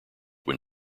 when